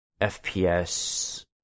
FPS